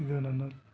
ಇದೆ ನನ್ನ